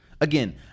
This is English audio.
Again